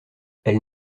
elles